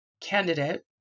candidate